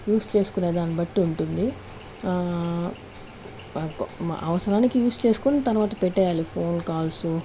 use చేసుకునే దాన్నిబట్టి ఉంటుంది అవసరానికి యూస్ చేసుకుని తర్వాత పెట్టేయాలి ఫోన్ కాల్సు